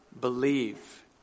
believe